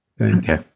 Okay